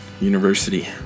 University